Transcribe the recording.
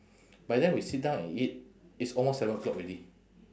by then we sit down and eat it's almost seven o'clock already